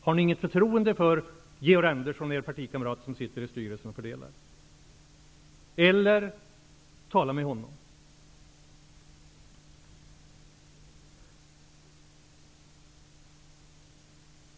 Har ni inget förtroende för Georg Andersson, er partikamrat, som sitter i styrelsen och fördelar? Tala med honom!